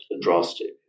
drastic